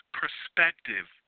perspective